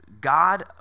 God